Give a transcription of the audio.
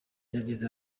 yagize